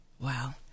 Wow